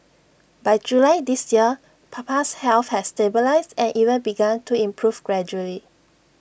by July this year Papa's health had stabilised and even begun to improve gradually